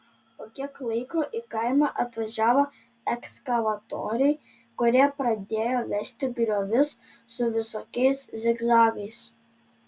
po kiek laiko į kaimą atvažiavo ekskavatoriai kurie pradėjo versti griovius su visokiais zigzagais